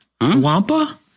Wampa